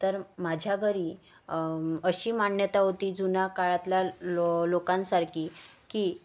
तर माझ्या घरी अशी मान्यता होती जुना काळातल्या लो लोकांसारखी की